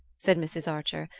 said mrs. archer,